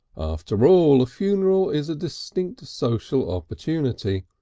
after all a funeral is a distinct social opportunity,